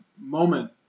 moment